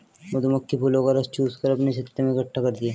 मधुमक्खी फूलों का रस चूस कर अपने छत्ते में इकट्ठा करती हैं